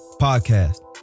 podcast